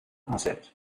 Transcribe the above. asset